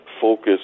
focus